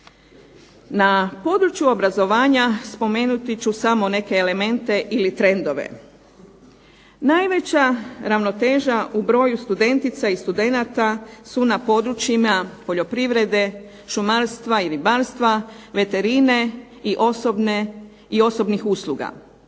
Na području obrazovanja spomenut ću samo neke elemente ili trendove. Najveća ravnoteža u broj studentica i studenata su na područjima poljoprivrede, šumarstva i ribarstva, veterine i osobnih usluga.